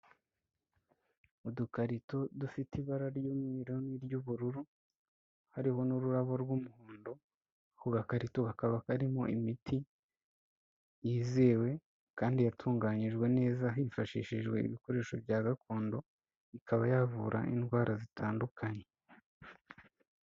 Udukarito dufite ibara ry'umweru n'iry'ubururu hariho n'ururabo rw'umuhondo, ako gakarito kakaba karimo imiti yizewe kandi yatunganyijwe neza hifashishijwe ibikoresho bya gakondo, ikaba yavura indwara zitandukanye.